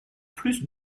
plus